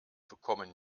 bekommen